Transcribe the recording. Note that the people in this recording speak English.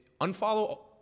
unfollow